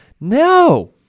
No